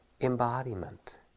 embodiment